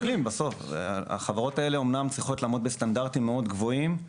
החברות הללו צריכות לעמוד בסטנדרטים מאוד גבוהים,